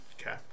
Okay